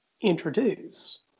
introduce